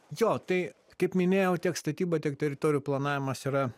jo tai kaip minėjau tiek statyba tiek teritorijų planavimas yra